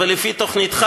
שלפי תוכניתך,